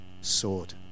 sword